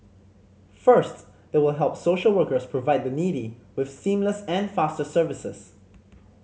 first it will help social workers provide the needy with seamless and faster services